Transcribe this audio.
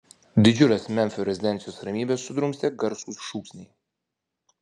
didžiulės memfio rezidencijos ramybę sudrumstė garsūs šūksniai